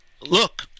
look